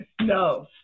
No